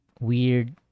weird